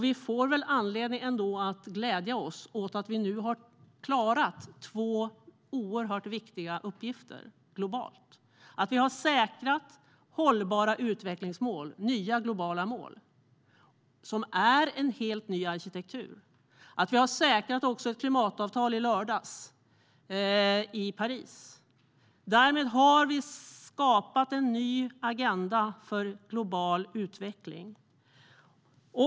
Vi får anledning att glädja oss åt att vi har klarat två viktiga uppgifter globalt: Vi har säkrat hållbara utvecklingsmål, nya globala mål, som är en helt ny arkitektur, och vi har också säkrat ett klimatavtal i Paris i lördags. Därmed har vi skapat en ny agenda för global utveckling.